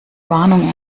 warnung